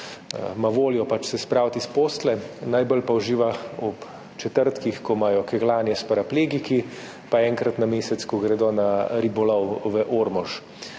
voljo spraviti iz postelje, najbolj pa uživa ob četrtkih, ko imajo kegljanje s paraplegiki, pa enkrat na mesec, ko gredo na ribolov v Ormož.